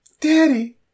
daddy